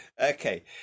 Okay